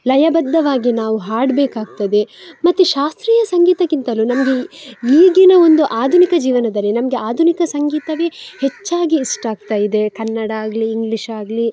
ಲಯಬದ್ಧವಾಗಿ ನಾವು ಹಾಡಬೇಕಾಗ್ತದೆ ಮತ್ತೆ ಶಾಸ್ತ್ರೀಯ ಸಂಗೀತಕ್ಕಿಂತಲೂ ನಮಗೆ ಈಗಿನ ಒಂದು ಆಧುನಿಕ ಜೀವನದಲ್ಲಿ ನಮಗೆ ಆಧುನಿಕ ಸಂಗೀತವೇ ಹೆಚ್ಚಾಗಿ ಇಷ್ಟಾಗ್ತಾ ಇದೆ ಕನ್ನಡಾಗಲಿ ಇಂಗ್ಲಿಷಾಗಲಿ